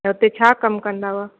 त उते छा कमु कंदा हुआ